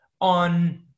on